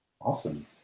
Awesome